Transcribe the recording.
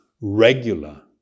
regular